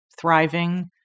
thriving